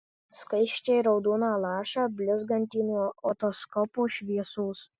skaisčiai raudoną lašą blizgantį nuo otoskopo šviesos